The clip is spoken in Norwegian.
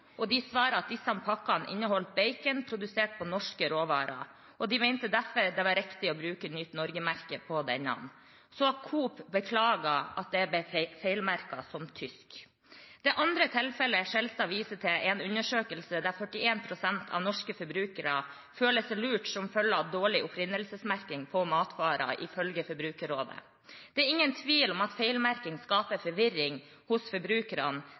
og de svarer at disse pakkene inneholdt bacon produsert på norske råvarer, og de mente derfor det var riktig å bruke Nyt Norge-merket på denne. Så Coop beklager at det ble feilmerket som tysk. Det andre tilfellet Skjelstad viser til, er en undersøkelse der 41 pst. av norske forbrukere føler seg lurt som følge av dårlig opprinnelsesmerking på matvarer, ifølge Forbrukerrådet. Det er ingen tvil om at feilmerking skaper forvirring hos forbrukerne.